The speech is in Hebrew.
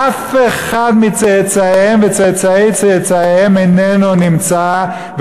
אף אחד מצאצאיהם וצאצאי צאצאיהם איננו נמצא,